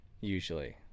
usually